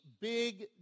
big